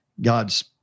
God's